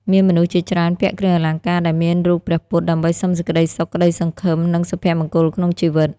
មានមនុស្សជាច្រើនពាក់គ្រឿងអលង្ការដែលមានរូបព្រះពុទ្ធ ដើម្បីសុំសេចក្ដីសុខ ក្តីសង្ឃឹម និងសុភមង្គលក្នុងជីវិត។